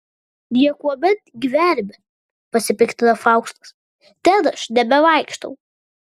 niekuomet gyvenime pasipiktina faustas ten aš nebevaikštau